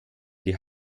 die